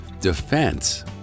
Defense